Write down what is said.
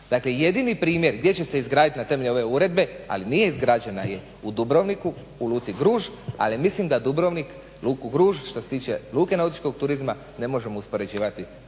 Dakle jedini primjer gdje će se izgraditi na temelju ove uredbe, ali nije izgrađena je u Dubrovniku, u luci Gruž, ali mislim da Dubrovnik luku Gruž što se tiče luke nautičkog turizma ne možemo uspoređivati